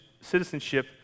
citizenship